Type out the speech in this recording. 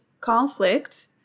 conflict